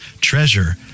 Treasure